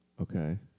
Okay